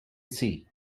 see